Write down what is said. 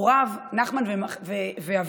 הוריו, נחמן ומכלה,